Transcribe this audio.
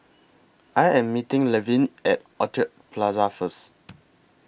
I Am meeting Levin At Orchid Plaza First